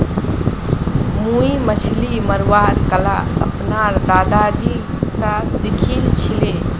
मुई मछली मरवार कला अपनार दादाजी स सीखिल छिले